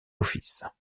offices